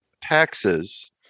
taxes